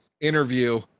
interview